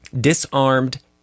disarmed